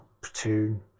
platoon